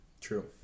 True